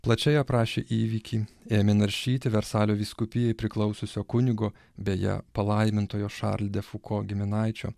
plačiai aprašė įvykį ėmė naršyti versalio vyskupijai priklausiusio kunigo beje palaimintojo šarl de fuko giminaičio